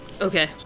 Okay